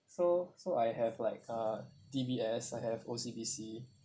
so so I have like uh D_B_S I have O_C_B_C